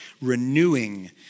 renewing